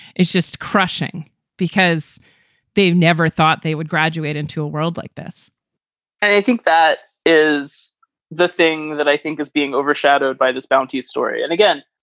it's just crushing because they've never thought they would graduate into a world like this and i think that is the thing that i think is being overshadowed by this bounty story. and again,